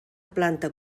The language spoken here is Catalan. planta